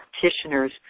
practitioners